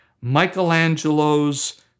Michelangelo's